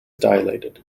dilated